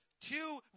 Two